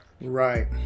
right